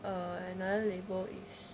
err another label is